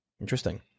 interesting